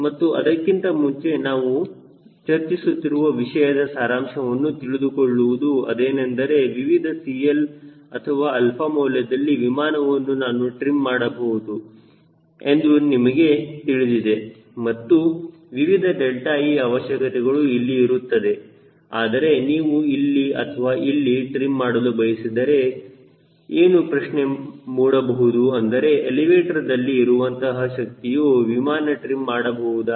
ಮತ್ತು ಅದಕ್ಕಿಂತ ಮುಂಚೆ ನಾವು ಚರ್ಚಿಸುತ್ತಿರುವ ವಿಷಯದ ಸಾರಾಂಶವನ್ನು ತಿಳಿದುಕೊಳ್ಳುವುದು ಅದೇನೆಂದರೆ ವಿವಿಧ CL ಅಥವಾ 𝛼 ಮೌಲ್ಯದಲ್ಲಿ ವಿಮಾನವನ್ನು ನಾನು ಟ್ರಿಮ್ ಮಾಡಬಹುದು ಎಂದು ನಿಮಗೆ ತಿಳಿದಿದೆ ಮತ್ತು ವಿವಿಧ 𝛿e ಅವಶ್ಯಕತೆಗಳು ಅಲ್ಲಿ ಇರುತ್ತದೆ ಆದರೆ ನೀವು ಇಲ್ಲಿ ಅಥವಾ ಇಲ್ಲಿ ಟ್ರಿಮ್ ಮಾಡಲು ಬಯಸಿದರೆ ಏನು ಪ್ರಶ್ನೆ ಮೂಡಬಹುದು ಎಂದರೆ ಎಲಿವೇಟರ್ದಲ್ಲಿ ಇರುವಂತಹ ಶಕ್ತಿಯು ವಿಮಾನ ಟ್ರಿಮ್ ಮಾಡಬಹುದಾ